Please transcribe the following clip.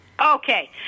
Okay